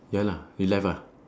ya lah relive ah